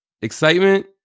excitement